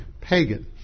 pagan